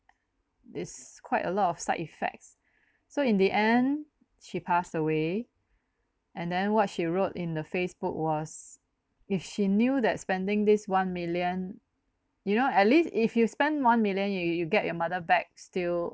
its quite a lot of side effects so in the end she passed away and then what she wrote in the facebook was if she knew that spending this one million you know at least if you spend one million you you get your mother back still